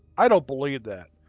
i don't believe that.